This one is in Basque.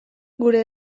gure